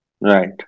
Right